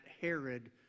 Herod